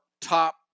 top